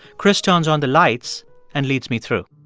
chris turns on the lights and leads me through.